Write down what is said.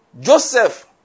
Joseph